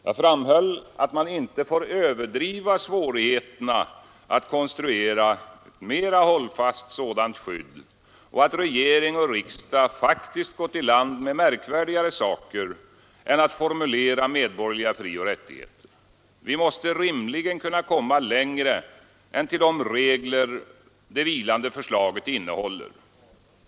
Jag framhöll att man inte får överdriva svårigheterna att konstruera ett mera hållfast sådant skydd, och att regeringen och riksdag faktiskt har gått i land med märkvärdigare saker än att formulera medborgerliga frioch rättigheter. Vi måste rimligen kunna komma längre än till de regler det vilande förslaget innehåller.